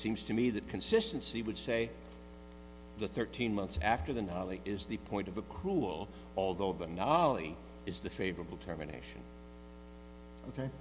seems to me that consistency would say the thirteen months after the knowledge is the point of a cruel although than ali is the favorable terminations ok